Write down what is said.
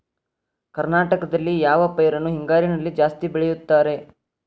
ಕರ್ನಾಟಕದಲ್ಲಿ ಯಾವ ಪೈರನ್ನು ಹಿಂಗಾರಿನಲ್ಲಿ ಜಾಸ್ತಿ ಬೆಳೆಯುತ್ತಾರೆ?